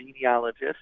genealogist